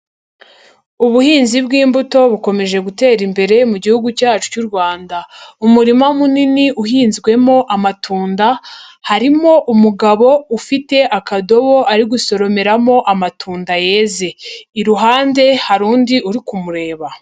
Ubuhinzi bw'imbuto bukomeje gutera imbere mu gihugu cyacu cy'u Rwanda. Umurima munini uhinzwemo amatunda, harimo umugabo ufite akadobo ari gusoromeramo amatunda yeze. Iruhande hari undi uri kumureba.